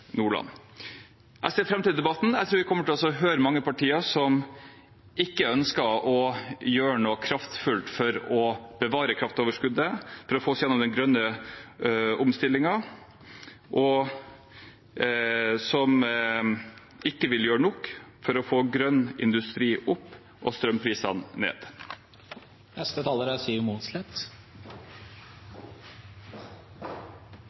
Nordland. Jeg ser fram til debatten. Jeg tror vi kommer til å høre mange partier som ikke ønsker å gjøre noe kraftfullt for å bevare kraftoverskuddet for få oss gjennom den grønne omstillingen, og som ikke vil gjøre nok for å få grønn industri opp og strømprisene ned. I en situasjon hvor det er